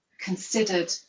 considered